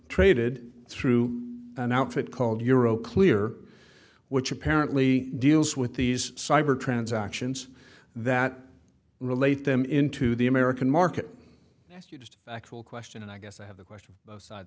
traded through an outfit called euro clear which apparently deals with these cyber transactions that relate them into the american market you just actual question and i guess i have the question